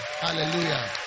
Hallelujah